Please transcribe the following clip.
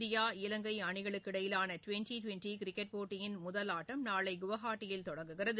இந்திய இலங்கை அணிகளுக்கு இடையிலான டுவெண்டி டுவெண்டி கிரிக்கெட் போட்டியின் முதல் ஆட்டம் நாளை குவஹாத்தியில் தொடங்குகிறது